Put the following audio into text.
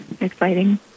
exciting